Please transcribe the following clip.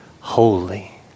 holy